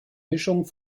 mischung